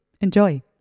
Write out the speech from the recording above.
Enjoy